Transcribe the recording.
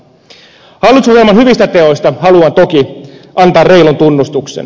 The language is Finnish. hallitusohjelman hyvistä teoista haluan toki antaa reilun tunnustuksen